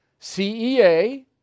CEA